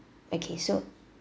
okay so